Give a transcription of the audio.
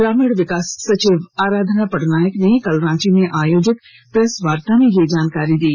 ग्रामीण विकास सचिव आराधना पटनायक ने कल रांची में आयोजित प्रेसवार्ता में यह जानकारी दी